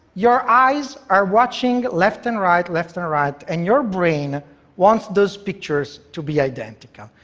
your eyes are watching, left and right, left and right, and your brain wants those pictures to be identical.